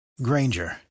Granger